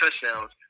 touchdowns